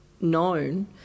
known